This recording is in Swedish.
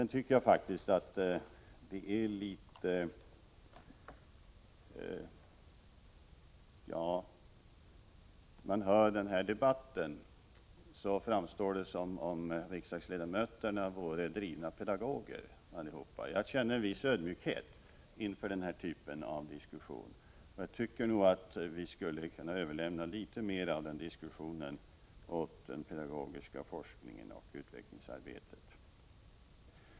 När man hör den här debatten framstår det som om riksdagsledamöterna vore drivna pedagoger allihop. Jag känner en viss ödmjukhet inför den här typen av diskussion och tycker nog att vi skulle kunna överlämna litet mera av den åt dem som sysslar med den pedagogiska forskningen och utvecklingsarbetet.